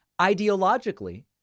ideologically